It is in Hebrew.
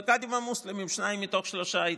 בקאדים המוסלמים שניים מתוך שלושה התחלפו,